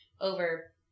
over